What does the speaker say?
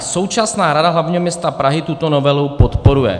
Současná Rada hlavního města Prahy tuto novelu podporuje.